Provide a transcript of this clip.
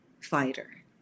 fighter